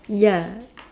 ya